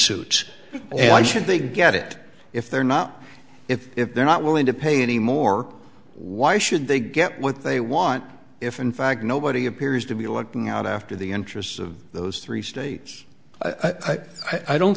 suits i should they get it if they're not if if they're not willing to pay any more why should they get what they want if in fact nobody appears to be looking out after the interests of those three states i don't